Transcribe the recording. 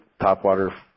topwater